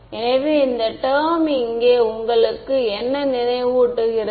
எனவே இந்த டெர்ம் இங்கே உங்களுக்கு என்ன நினைவூட்டுகிறது